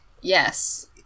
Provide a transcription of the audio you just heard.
Yes